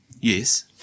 Yes